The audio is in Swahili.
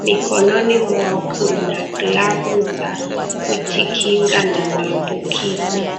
Mikononi mwao kuna glavu za kujikinga na maambukizi.